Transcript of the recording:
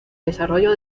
desarrollo